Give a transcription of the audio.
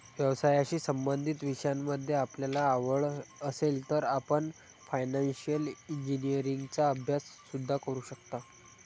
व्यवसायाशी संबंधित विषयांमध्ये आपल्याला आवड असेल तर आपण फायनान्शिअल इंजिनीअरिंगचा अभ्यास सुद्धा करू शकता